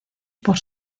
por